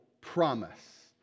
promise